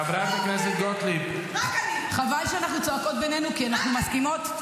חברות הכנסת המכובדות, תנו לה לסיים את דבריה.